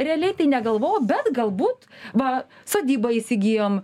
realiai tai negalvojau bet galbūt va sodybą įsigijom